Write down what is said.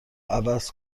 عوض